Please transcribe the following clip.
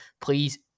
please